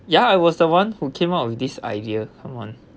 ya I was the one who came up with this idea come on